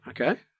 okay